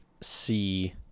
see